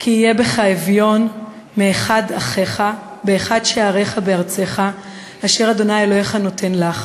"כי יהיה בך אביון מאחד אחיך באחד שעריך בארצך אשר ה' אלוהיך נֹתן לך